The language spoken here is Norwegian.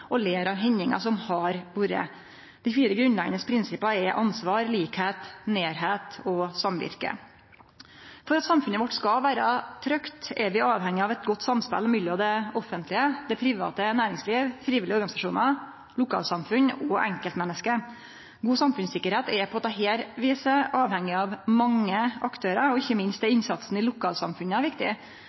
å lære av hendingar som har vore. Dei fire grunnleggjande prinsippa er ansvar, likskap, nærleik og samvirke. For at samfunnet vårt skal vere trygt, er vi avhengige av eit godt samspel mellom det offentlege, det private næringslivet, frivillige organisasjonar, lokalsamfunn og enkeltmenneske. God samfunnssikkerheit er på dette viset avhengig av mange aktørar. Ikkje minst er innsatsen i lokalsamfunna viktig,